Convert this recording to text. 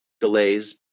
delays